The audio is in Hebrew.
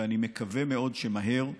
ואני מקווה מאוד שמהר,